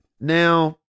Now